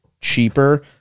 cheaper